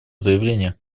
заявление